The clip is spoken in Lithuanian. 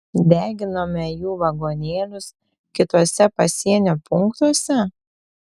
deginome jų vagonėlius kituose pasienio punktuose